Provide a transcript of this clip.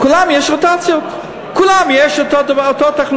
בכולם יש רוטציות, בכולם יש אותה תחלופה.